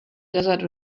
desert